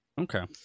Okay